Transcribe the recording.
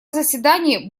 заседании